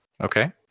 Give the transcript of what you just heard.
Okay